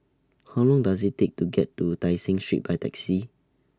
How Long Does IT Take to get to Tai Seng Street By Taxi